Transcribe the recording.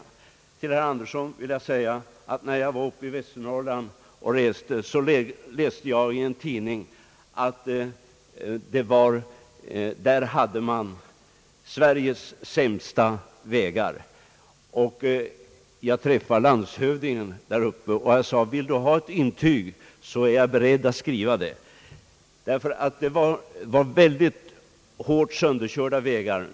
Till herr Andersson vill jag säga att när jag var i Västernorrland och reste, läste jag i en tidning att man där hade Sveriges sämsta vägar. Jag träffade landshövdingen där uppe och jag sade: Vill du ha ett intyg så är jag beredd att skriva det? Det var ytterst hårt sönderkörda vägar.